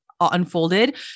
unfolded